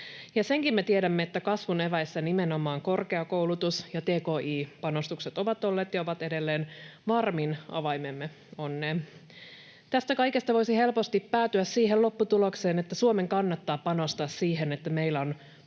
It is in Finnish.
Senkin me tiedämme, että kasvun eväissä nimenomaan korkeakoulutus ja tki-panostukset ovat olleet ja ovat edelleen varmin avaimemme onneen. Tästä kaikesta voisi helposti päätyä siihen lopputulokseen, että Suomen kannattaa panostaa siihen, että meillä on paljon